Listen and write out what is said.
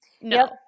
no